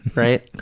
right.